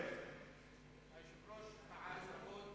היושב-ראש פעל רבות.